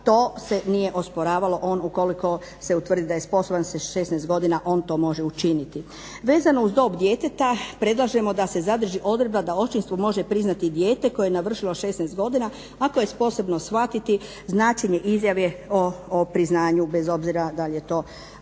to se nije osporavalo. On ukoliko se utvrdi da je sposoban sa 16 godina on to može učiniti. Vezano uz dob djeteta predlažemo da se zadrži odredba da očinstvo može priznati dijete koje je navršilo 16 godina ako je sposobno shvatiti značenje izjave o priznanju, bez obzira da li je to muškarac